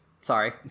Sorry